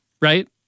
right